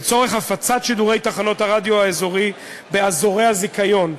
לצורך הפצת שידורי תחנות הרדיו האזורי באזור הזיכיון,